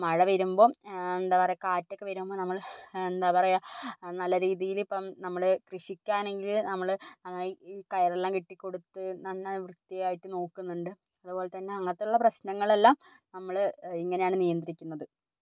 മഴ വരുമ്പം എന്താ പറയുക കാറ്റൊക്കെ വരുമ്പം നമ്മള് എന്താ പറയുക നല്ല രീതിയിലിപ്പം നമ്മള് കൃഷിക്കാണെങ്കില് നമ്മള് നന്നായി കയറെല്ലാം കെട്ടിക്കൊടുത്ത് നന്നായി വൃത്തിയായിട്ട് നോക്കുന്നുണ്ട് അതുപോലത്തന്നെ അങ്ങനത്തുള്ള പ്രശ്നങ്ങളെല്ലാം നമ്മള് ഇങ്ങനെയാണ് നിയന്ത്രിക്കുന്നത്